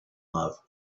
love